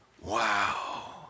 wow